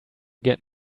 get